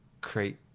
create